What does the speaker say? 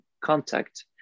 contact